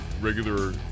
regular